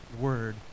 word